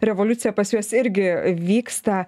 revoliucija pas juos irgi vyksta